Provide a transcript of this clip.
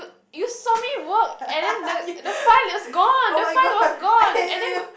uh you saw me work and then the the file is gone the file was gone and then